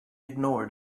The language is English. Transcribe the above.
ignored